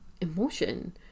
emotion